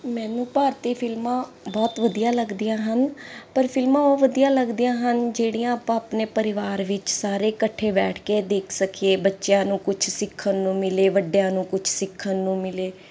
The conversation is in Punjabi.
ਮੈਨੂੰ ਭਾਰਤੀ ਫ਼ਿਲਮਾਂ ਬਹੁਤ ਵਧੀਆ ਲੱਗਦੀਆਂ ਹਨ ਪਰ ਫ਼ਿਲਮਾਂ ਉਹ ਵਧੀਆ ਲੱਗਦੀਆਂ ਹਨ ਜਿਹੜੀਆਂ ਆਪਾਂ ਆਪਣੇ ਪਰਿਵਾਰ ਵਿੱਚ ਸਾਰੇ ਇਕੱਠੇ ਬੈਠ ਕੇ ਦੇਖ ਸਕੀਏ ਬੱਚਿਆਂ ਨੂੰ ਕੁਛ ਸਿੱਖਣ ਨੂੰ ਮਿਲੇ ਵੱਡਿਆਂ ਨੂੰ ਕੁਛ ਸਿੱਖਣ ਨੂੰ ਮਿਲੇ